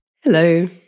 Hello